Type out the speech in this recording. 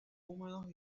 húmedos